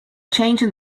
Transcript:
changing